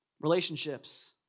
relationships